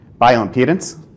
Bioimpedance